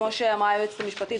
כמו שהציגה היועצת המשפטית,